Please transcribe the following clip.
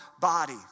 body